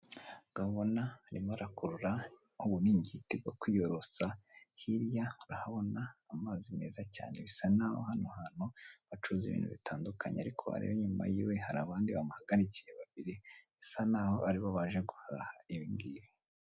Urabona arimo arakurura uburingiti bwo kwiyorosa hirya urahabona amazi meza cyane bisa nk'aho hano hantu bacuruza ibintu bitandukanye ariko wareba inyuma yiwe hari abandi bamuhagarikiye babiri bisa naho aribo baje guhaha ibingibi.